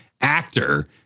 actor